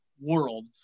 world